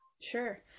Sure